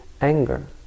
anger